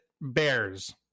bears